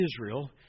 Israel